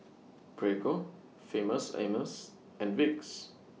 Prego Famous Amos and Vicks